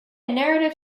narrative